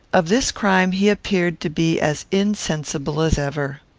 of this crime he appeared to be as insensible as ever.